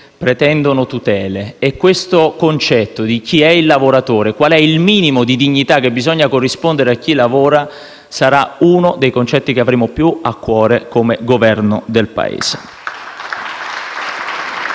pretendono tutele. Il concetto di chi è il lavoratore e qual è il minimo di dignità che bisogna corrispondere a chi lavora sarà uno di quelli che avremo più a cuore come Governo del Paese.